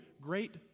great